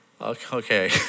okay